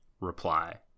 reply